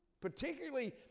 particularly